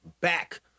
back